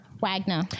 Wagner